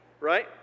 Right